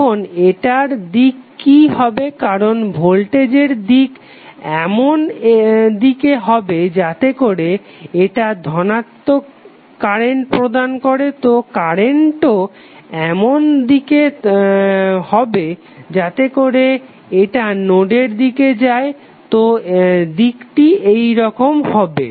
এখন এটার দিক কি হবে কারণ ভোল্টেজের দিক এমন দিকে হবে যাতে করে এটা ধনাত্মক কারেন্ট প্রদান করে তো কারেন্টও এমন দিকে হবে যাতে করে এটা নোডের দিকে যায় তো দিকটি এরকম হবে